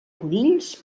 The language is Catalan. conills